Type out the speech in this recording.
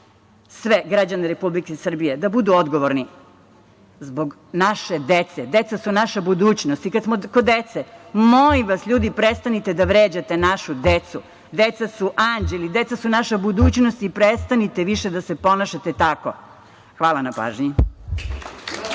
sve građane Republike Srbije da budu odgovorni zbog naše dece. Deca su naša budućnost i kada smo kod dece, molim vas ljudi, prestanite da vređate našu decu. Deca su anđeli, deca su naša budućnost i prestanite više da se ponašate tako. Hvala na pažnji.